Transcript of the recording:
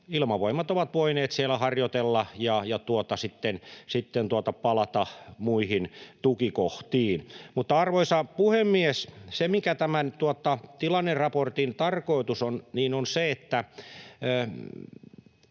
Ilmavoimat on voinut siellä harjoitella ja sitten palata muihin tukikohtiin. Arvoisa puhemies! Se, mikä tämän tilanneraportin tarkoitus on, on se, että